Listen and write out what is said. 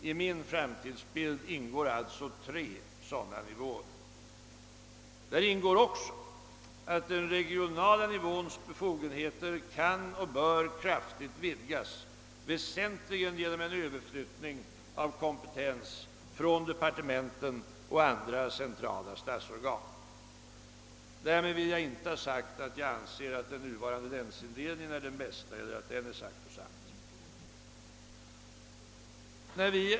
I min framtidsbild ingår alltså tre sådana nivåer. I denna bild ingår också att den regionala nivåns befogenheter kan och bör vidgas, väsentligen genom en överflyttning av kompetens från departementen och andra centrala statsorgan. Därmed vill jag inte ha sagt att jag anser att den nuvarande länsindelningen är den bästa eller att den är sakrosankt.